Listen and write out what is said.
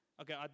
okay